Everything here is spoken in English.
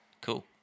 cool